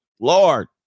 Lord